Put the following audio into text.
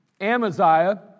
Amaziah